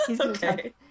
Okay